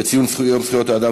לציון יום זכויות האדם,